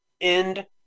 End